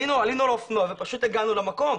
עלינו על האופנוע והגענו למקום.